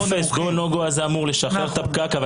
טופס ה-go no go אמור לשחרר את הפקק אבל